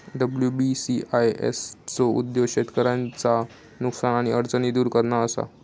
WBCIS चो उद्देश्य शेतकऱ्यांचा नुकसान आणि अडचणी दुर करणा असा